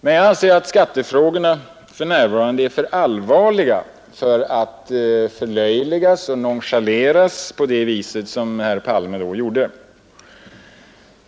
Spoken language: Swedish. Men jag anser att skattefrågorna för närvarande är för allvarliga för att förlöjligas och nonchaleras på det viset som herr Palme då gjorde.